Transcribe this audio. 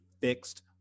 fixed